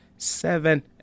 seven